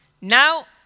Now